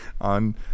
on